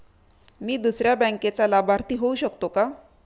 मी दुसऱ्या बँकेचा लाभार्थी होऊ शकतो का?